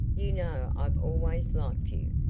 you know i've always liked you,